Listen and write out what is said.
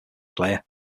player